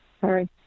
Sorry